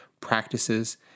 practices